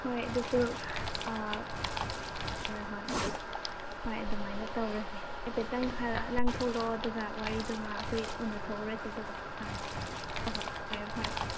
ꯍꯣꯏ ꯑꯗꯨꯁꯨ ꯍꯣꯏ ꯍꯣꯏ ꯍꯣꯏ ꯑꯗꯨꯃꯥꯏꯅ ꯇꯧꯔꯁꯦ ꯍꯥꯏꯐꯦꯠꯇꯪ ꯈꯔ ꯅꯪ ꯊꯣꯛꯂꯛꯑꯣ ꯑꯗꯨꯒ ꯋꯥꯔꯤꯗꯨꯃ ꯑꯩꯈꯣꯏ ꯎꯅꯊꯣꯛꯎꯔꯁꯦ ꯑꯗꯨꯒ ꯁꯥꯔꯁꯦ ꯍꯣꯏ ꯍꯣꯏ ꯐꯔꯦ ꯐꯔꯦ